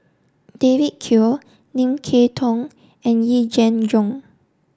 David Kwo Lim Kay Tong and Yee Jenn Jong